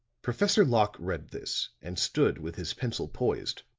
professor locke read this and stood with his pencil poised,